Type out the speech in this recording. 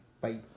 Bye